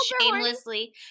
shamelessly